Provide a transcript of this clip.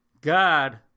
God